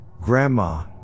grandma